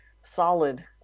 solid